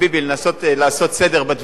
אני רק רוצה לנסות לעשות סדר בדברים,